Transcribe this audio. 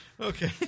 Okay